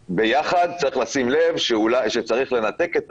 ביחד, צריך לשים לב שצריך לנתק את